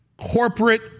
corporate